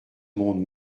monde